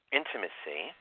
intimacy